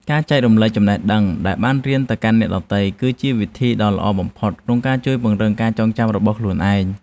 ការចែករំលែកចំណេះដឹងដែលបានរៀនទៅកាន់អ្នកដទៃ គឺជាវិធីដ៏ល្អបំផុតក្នុងការជួយពង្រឹងការចងចាំរបស់ខ្លួនឯង។